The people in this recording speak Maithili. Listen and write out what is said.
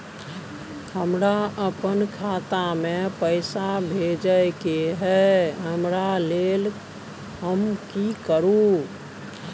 हमरा अपन खाता में पैसा भेजय के है, एकरा लेल हम की करू?